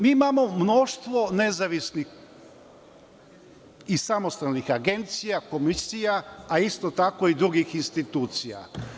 Mi imamo mnoštvo nezavisnih i samostalnih agencija, komisija, a isto tako i drugih institucija.